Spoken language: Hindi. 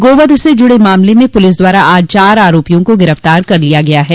गोवध से जुड़े मामले में पुलिस द्वारा आज चार आरोपियों को गिरफ्तार कर लिया गया है